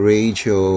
Radio